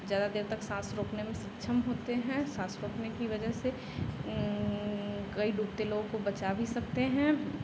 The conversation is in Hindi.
ज़्यादा देर तक साँस रोकने में सक्षम होते हैं साँस रोकने की वज़ह से कई डूबते लोगों को बचा भी सकते हैं